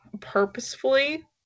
purposefully